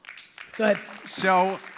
go ahead. so